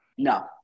No